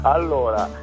Allora